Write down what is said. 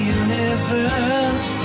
universe